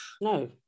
No